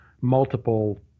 multiple